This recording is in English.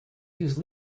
use